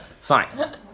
Fine